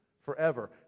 forever